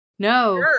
No